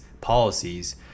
policies